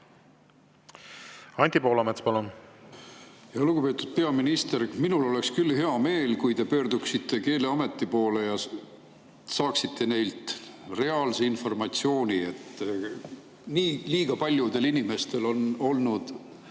Anti Poolamets, palun! Lugupeetud peaminister! Minul oleks küll hea meel, kui te pöörduksite Keeleameti poole ja saaksite neilt reaalse informatsiooni. Liiga paljudel inimestel on olnud